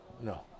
No